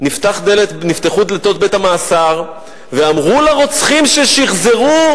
נפתחו דלתות בית-המאסר ואמרו לרוצחים ששחזרו: